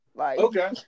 Okay